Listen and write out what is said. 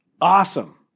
Awesome